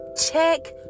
check